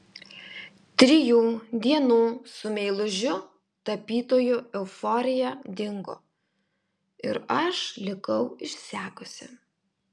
trijų dienų su meilužiu tapytoju euforija dingo ir aš likau išsekusi